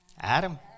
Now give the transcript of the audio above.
Adam